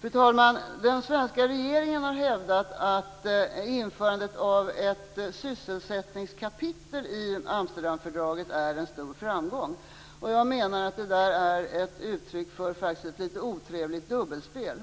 Fru talman! Den svenska regeringen har hävdat att införandet av ett sysselsättningskapitel i Amsterdamfördraget är en stor framgång. Jag menar att det är ett uttryck för ett otrevligt dubbelspel.